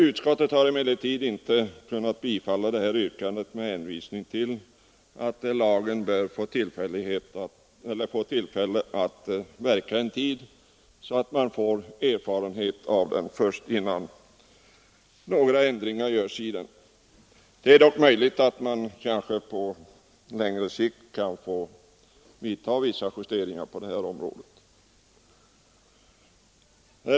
Utskottet har emellertid inte kunnat bifall det yrkandet med hänvisning till att lagen bör få verka en tid, så att man får erfarenhet av den, innan några ändringar görs. Det är dock möjligt att man på längre sikt kan behöva vidta vissa justeringar på det här området.